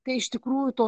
kai iš tikrųjų to